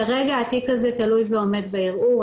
כרגע התיק הזה תלוי עומד בערעור,